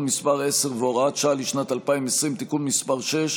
מס' 10 והוראת שעה לשנת 2020) (תיקון מס' 6)